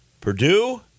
Purdue